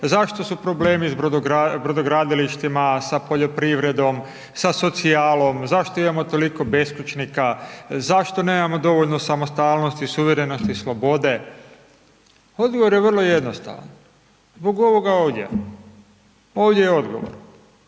zašto su problemi sa brodogradilištima, sa poljoprivredom, sa socijalom, zašto imamo toliko beskućnika, zašto nemamo dovoljno samostalnosti, suverenosti i slobode. Odgovor je vrlo jednostavan, zbog ovoga ovdje, ovdje je odgovor.